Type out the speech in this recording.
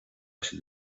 siad